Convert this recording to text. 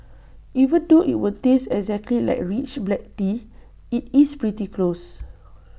even though IT won't taste exactly like rich black tea IT is pretty close